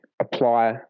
apply